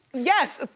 yes,